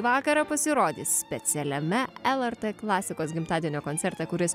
vakarą pasirodys specialiame lrt klasikos gimtadienio koncerte kuris